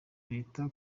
leta